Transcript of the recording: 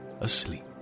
asleep